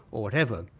or whatever.